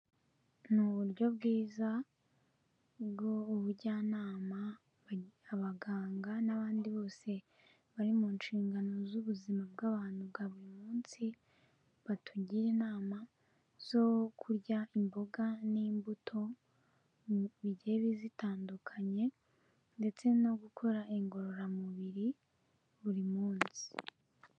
Ni uburyo bwiza bw'ubujyanama, abaganga n'abandi bose bari mu nshingano z'ubuzima bw'abantu bwa buri munsi, batugira inama zo kurya imboga n'imbuto, mu bigiye zitandukanye ndetse no gukora ingororamubiri buri munsi.